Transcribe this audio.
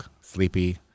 sleepy